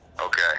Okay